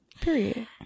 Period